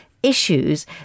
issues